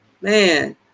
man